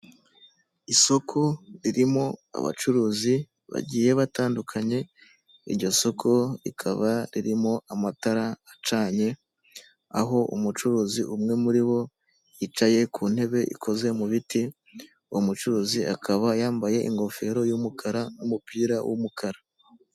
Isoko ririmo abacuruzi bagiye batandukanye; iryo soko rikaba ririmo amatara acanye; aho umucuruzi umwe muri bo yicaye ku ntebe ikoze mu biti; uwo mucuruzi akaba yambaye ingofero y'umukara n'umupira w'umukara.